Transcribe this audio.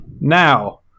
Now